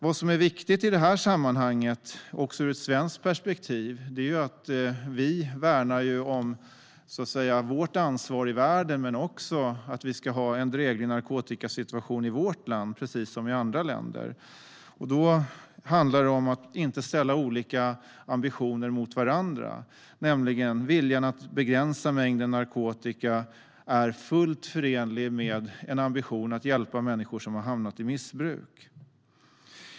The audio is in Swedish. Vad som är viktigt i det här sammanhanget, också ur ett svenskt perspektiv, är att vi värnar om vårt ansvar i världen men också om att vi ska ha en dräglig narkotikasituation i vårt land, precis som i andra länder. Då handlar det om att inte ställa olika ambitioner mot varandra. Viljan att begränsa mängden narkotika är nämligen fullt förenlig med en ambition att hjälpa människor som har hamnat i missbruk.